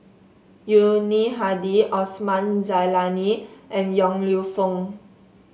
Yuni Hadi Osman Zailani and Yong Lew Foong